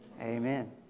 amen